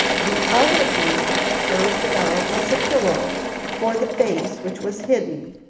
the other arm curved about as a pillow for the face which was hidden,